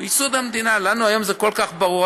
בייסוד המדינה, לנו היום זה כל כך ברור.